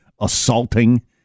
assaulting